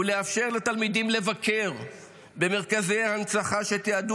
ולאפשר לתלמידים לבקר במרכזי ההנצחה שתיעדו